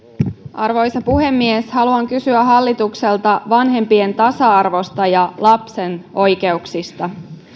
arvoisa puhemies haluan kysyä hallitukselta vanhempien tasa arvosta ja lapsen oikeuksista